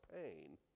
pain